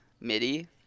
midi